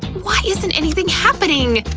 why isn't anything happening?